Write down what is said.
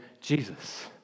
Jesus